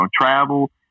travel